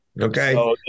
Okay